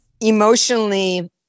emotionally